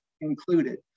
included